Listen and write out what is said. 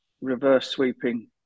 reverse-sweeping